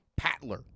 Patler